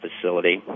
facility